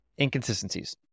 inconsistencies